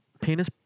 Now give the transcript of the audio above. Penis